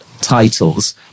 titles